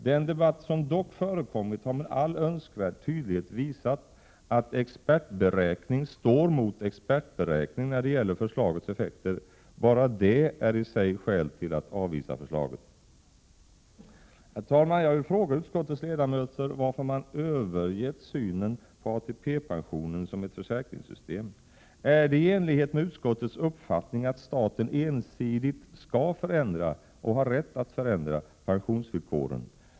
Den debatt som dock förekommit har med all önskvärd tydlighet visat att expertberäkning står mot expertberäkning när det gäller förslagets effekter. Bara det är i sig skäl till att avvisa förslaget. Herr talman! Jag vill fråga utskottets ledamöter varför man har övergett synen på ATP-pensionen som ett försäkringssystem. Är det i enlighet med utskottets uppfattning att staten ensidigt skall förändra och ha rätt att förändra pensionsvillkoren?